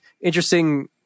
interesting